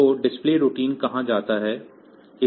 तो delay routine कहा जाता है